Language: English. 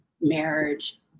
marriage